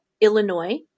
Illinois